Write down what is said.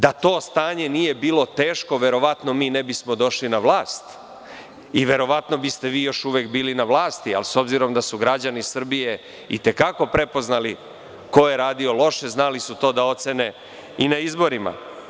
Da to stanje nije bilo teško, verovatno mi ne bismo došli na vlast i verovatno biste vi još uvek bili na vlasti, ali s obzirom da su građani Srbije i te kako prepoznali ko je radio loše, znali su to da ocene i na izborima.